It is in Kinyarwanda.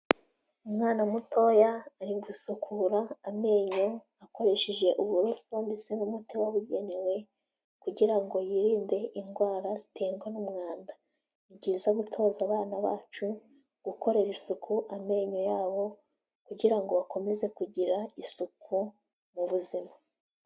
Umwana mutoya ari gusukura amenyo, akoresheje uburoso ndetse n'umuti wabugenewe kugira ngo yirinde indwara ziterwa n'umwanda. Ni byiza gutoza abana bacu, gukorera isuku amenyo yabo kugira ngo bakomeze kugira isuku mu buzima.